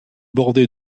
bordé